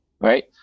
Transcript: right